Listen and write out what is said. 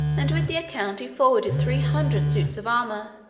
and with the account he forwarded three hundred suits of armor,